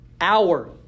hour